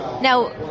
Now